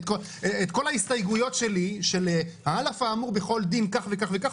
את כל ההסתייגויות שלי של 'על אף האמור בכל דין' כך וכך וכך,